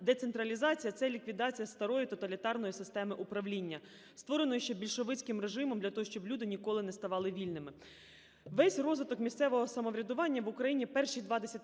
децентралізація – це ліквідація старої тоталітарної системи управління створеної ще більшовицьким режимом для того, щоб люди ніколи не ставали вільними. Весь розвиток місцевого самоврядування в Україні перші два